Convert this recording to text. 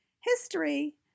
history